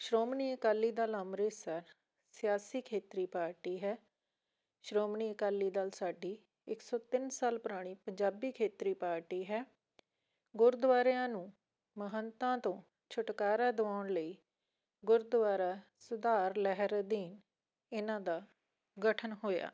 ਸ਼੍ਰੋਮਣੀ ਅਕਾਲੀ ਦਲ ਅੰਮ੍ਰਿਤਸਰ ਸਿਆਸੀ ਖੇਤਰੀ ਪਾਰਟੀ ਹੈ ਸ਼੍ਰੋਮਣੀ ਅਕਾਲੀ ਦਲ ਸਾਡੀ ਇੱਕ ਸੌ ਤਿੰਨ ਸਾਲ ਪੁਰਾਣੀ ਪੰਜਾਬੀ ਖੇਤਰੀ ਪਾਰਟੀ ਹੈ ਗੁਰਦੁਆਰਿਆਂ ਨੂੰ ਮਹੰਤਾ ਤੋਂ ਛੁਟਕਾਰਾ ਦਿਵਾਉਣ ਲਈ ਗੁਰਦੁਆਰਾ ਸੁਧਾਰ ਲਹਿਰ ਅਧੀਨ ਇਹਨਾਂ ਦਾ ਗਠਨ ਹੋਇਆ